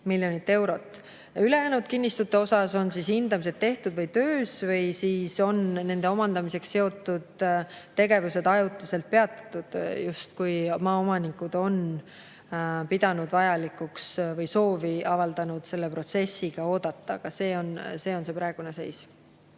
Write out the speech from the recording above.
miljonit eurot. Ülejäänud kinnistute puhul on hindamised tehtud või töös või siis on nende omandamisega seotud tegevused ajutiselt peatatud, kui maaomanikud on pidanud vajalikuks või avaldanud soovi selle protsessiga oodata. See on praegune seis.